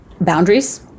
boundaries